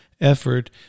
effort